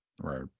Right